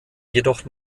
jedoch